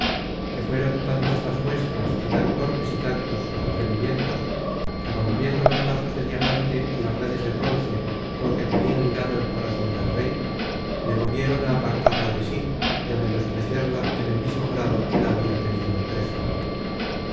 que fueron tantas las muestras y tan torpes y tantos sus atrevimientos que rompiendo los lazos de diamante y las redes de bronce con que tenia ligado el corazon del rey le movieron a apartarla de sí y á menospreciarla en el mismo grado que la habia tenido en precio